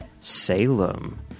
Salem